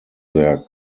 their